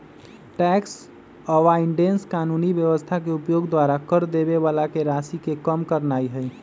tax avoidance कानूनी व्यवस्था के उपयोग द्वारा कर देबे बला के राशि के कम करनाइ हइ